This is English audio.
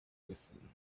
wisdom